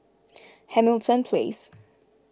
Hamilton Place